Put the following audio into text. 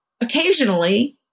occasionally